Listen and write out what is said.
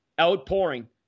outpouring